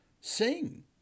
sing